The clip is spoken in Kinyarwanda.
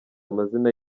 amazina